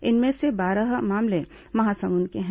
इनमें से बारह मामले महासमुंद के हैं